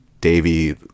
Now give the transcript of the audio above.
Davy